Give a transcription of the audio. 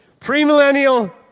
premillennial